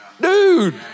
Dude